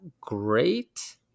great